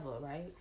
right